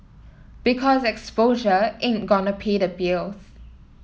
because 'exposure' ain't gonna pay the bills